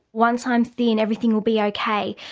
once i'm thin everything will be ok.